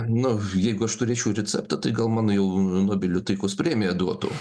nu jeigu aš turėčiau receptą tai gal man jau nobelio taikos premiją duotų